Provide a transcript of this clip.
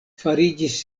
fariĝis